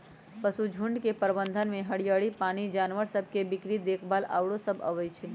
पशुझुण्ड के प्रबंधन में हरियरी, पानी, जानवर सभ के बीक्री देखभाल आउरो सभ अबइ छै